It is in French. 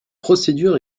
procédure